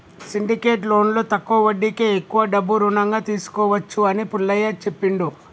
syndicate లోన్లో తక్కువ వడ్డీకే ఎక్కువ డబ్బు రుణంగా తీసుకోవచ్చు అని పుల్లయ్య చెప్పిండు